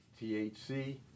THC